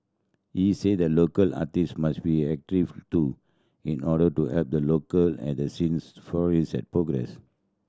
he say that local artists must be active too in order to help the local art scene flourish and progress